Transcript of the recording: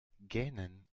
gähnen